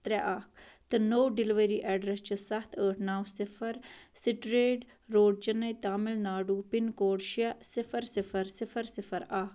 ترٛےٚ اکھ تہٕ نوٚو ڈیٚلؤری ایٚڈرس چھُ سَتھ ٲٹھ نَو صِفر street road Chennai Tamil Nadu pin code شےٚ صِفر صٕفر صِفر صِفر اکھ